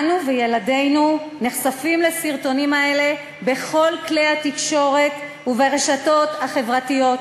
אנו וילדינו נחשפים לסרטונים האלה בכל כלי התקשורת וברשתות החברתיות,